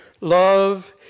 Love